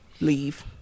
leave